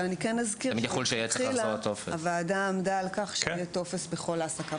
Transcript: אני אזכיר שהוועדה עמדה על כך שיהיה טופס בכל העסקה.